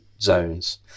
zones